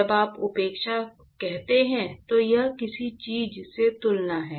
जब आप उपेक्षा कहते हैं तो यह किसी चीज से तुलना है